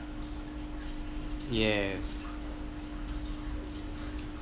yes